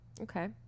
okay